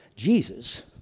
Jesus